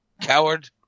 Coward